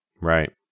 Right